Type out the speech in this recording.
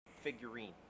figurine